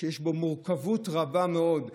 שיש בו מורכבות רבה מאוד.